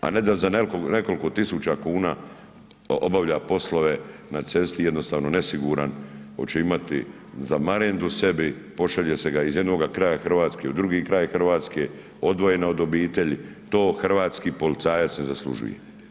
A ne da za nekoliko tisuća kuna obavlja poslove na cesti, jednostavno nesiguran, hoće imati za marendu sebi, pošalje se ga iz jednog kraja Hrvatske u drugi kraj Hrvatske, odvojen od obitelji, to hrvatski policajac ne zaslužuje.